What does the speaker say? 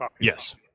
Yes